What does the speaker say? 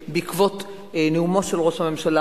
אינני טוענת שבעקבות נאומו של ראש הממשלה